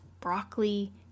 broccoli